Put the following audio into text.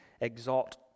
exalt